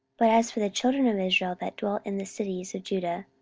but as for the children of israel that dwelt in the cities of judah,